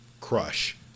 crush